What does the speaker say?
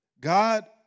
God